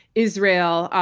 israel,